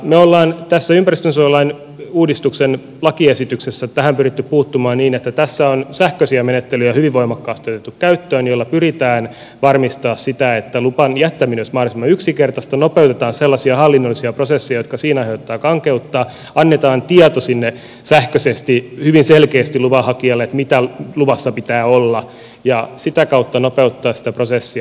me olemme tässä ympäristönsuojelulain uudistuksen lakiesityksessä tähän pyrkineet puuttumaan niin että tässä on hyvin voimakkaasti otettu käyttöön sähköisiä menettelyjä joilla pyritään varmistamaan sitä että luvan jättäminen olisi mahdollisimman yksinkertaista nopeuttamaan sellaisia hallinnollisia prosesseja jotka siinä aiheuttavat kankeutta antamaan tieto sähköisesti hyvin selkeästi luvanhakijalle mitä luvassa pitää olla ja sitä kautta nopeuttamaan sitä prosessia